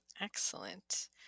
Excellent